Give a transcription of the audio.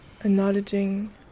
Acknowledging